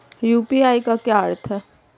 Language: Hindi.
यू.पी.आई का क्या अर्थ है?